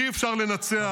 אי-אפשר לנצח,